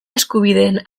eskubideen